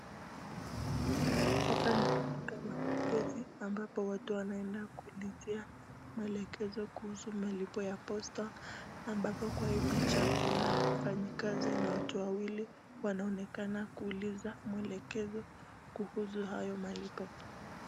Hapa ni katika mapokezi ambapo watu wanaenda kuulizia mwelekezo kuhusu malipo ya Posta, ambapo kwa hii picha kuna mfanyikazi na watu wawili wanaonekana kuuliza mwelekezo kuhusu hayo malipo.